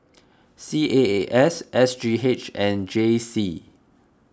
C A A S S G H and J C